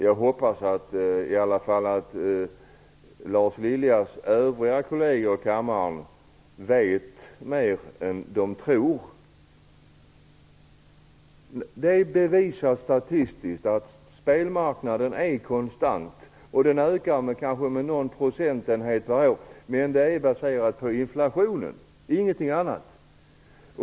Jag hoppas att Lars Liljas övriga kolleger i kammaren vet mer än vad de tror. Det är statistiskt bevisat att spelmarknaden är konstant. Den ökar kanske med någon procentenhet per år, men det är baserat på inflationen och ingenting annat.